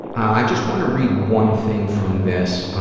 i just want to read one thing from this.